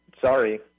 sorry